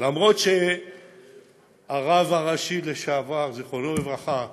למרות הרב הראשי לשעבר, זיכרונו לברכה,